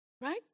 Right